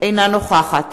אינה נוכחת